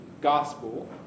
gospel